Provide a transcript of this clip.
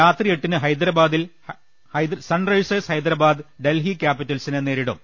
രാത്രി എട്ടിന് ഹൈദരാബാദിൽ സൺ റൈസേഴ്സ് ഹൈദരാബാദ് ഡൽഹി ക്യാപിറ്റൽസിനെ നേരിടും